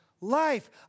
life